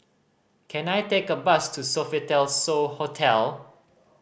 can I take a bus to Sofitel So Hotel